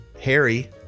Harry